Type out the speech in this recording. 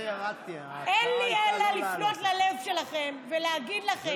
אין לי אלא לפנות ללב שלכם ולהגיד לכם,